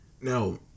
Now